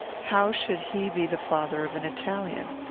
how should he be the father of an italian?